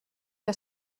que